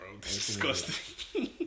Disgusting